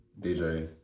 DJ